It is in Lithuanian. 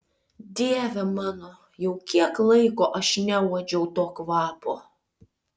dieve mano jau kiek laiko aš neuodžiau to kvapo